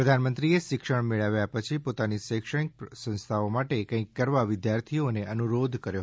પ્રધાનમંત્રીએ શિક્ષણ મેળવ્યા પછી પોતાની શૈક્ષણિક સંસ્થાઓ માટે કંઈક કરવા વિદ્યાર્થીઓને અનુરોધ કર્યો